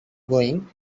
going